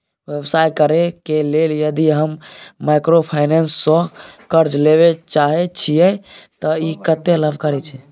व्यवसाय करे के लेल यदि हम माइक्रोफाइनेंस स कर्ज लेबे चाहे छिये त इ कत्ते लाभकारी छै?